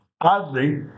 oddly